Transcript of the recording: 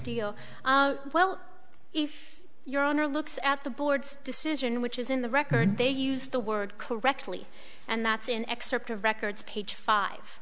steal well if your honor looks at the board's decision which is in the record they use the word correctly and that's an excerpt of records page five